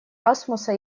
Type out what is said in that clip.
асмуса